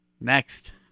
Next